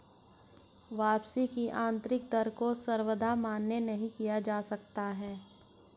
वापसी की आन्तरिक दर को सर्वथा मान्य नहीं किया जा सकता है